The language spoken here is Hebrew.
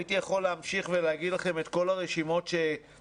הייתי יכול להמשיך ולהגיד לכם את כל הרשימות שהכנתי,